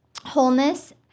wholeness